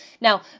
Now